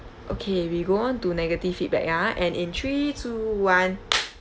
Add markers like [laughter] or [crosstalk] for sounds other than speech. okay we go on to negative feedback ah and in three two one [noise]